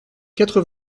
quatre